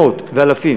מאות ואלפים,